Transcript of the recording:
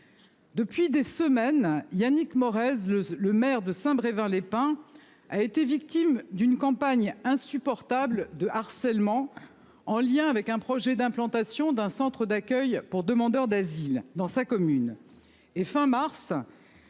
Depuis des semaines Yannick Morez. Le maire de Saint-Brévin-les-Pins. A été victime d'une campagne insupportable de harcèlement en lien avec un projet d'implantation d'un centre d'accueil pour demandeurs d'asile dans sa commune